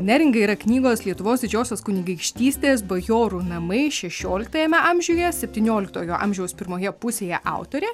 neringa yra knygos lietuvos didžiosios kunigaikštystės bajorų namai šešioliktajame amžiuje septynioliktojo amžiaus pirmoje pusėje autorė